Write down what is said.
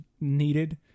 needed